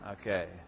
Okay